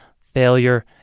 failure